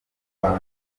bantu